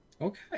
Okay